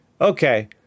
okay